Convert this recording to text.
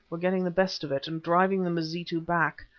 were getting the best of it, and driving the mazitu back.